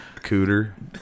Cooter